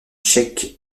cheikh